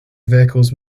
vehicles